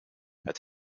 het